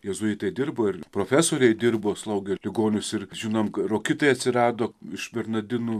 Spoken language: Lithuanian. jėzuitai dirbo ir profesoriai dirbo slauge ir ligonius ir žinome rokitai atsirado iš bernardinų